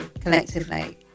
collectively